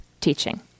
teaching